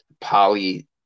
poly